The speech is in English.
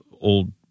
old